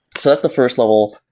so that's the first level.